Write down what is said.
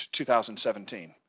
2017